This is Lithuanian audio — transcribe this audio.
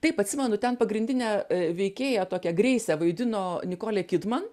taip atsimenu ten pagrindinę veikėją tokią greisę vaidino nikolė kidman